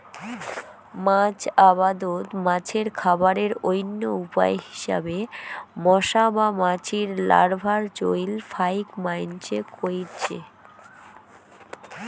মাছ আবাদত মাছের খাবারের অইন্য উপায় হিসাবে মশা বা মাছির লার্ভার চইল ফাইক মাইনষে কইরচে